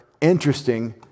interesting